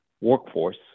workforce